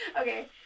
Okay